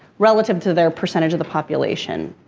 relative to their percentage of the population.